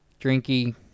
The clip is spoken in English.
Drinky